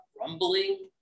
rumbling